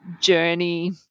journey